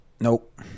Nope